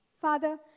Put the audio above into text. Father